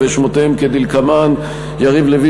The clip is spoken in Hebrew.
ושמותיהם כדלקמן: יריב לוין,